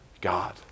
God